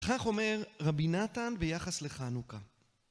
כך אומר רבי נתן ביחס לחנוכה